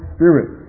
Spirit